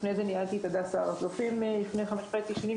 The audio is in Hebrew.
לפני זה ניהלתי את הדסה הר צופים לפני חמש וחצי שנים,